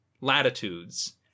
latitudes